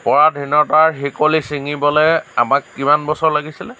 পৰাধীনতাৰ শিকলি ছিঙিবলৈ আমাক কিমান বছৰ লাগিছিলে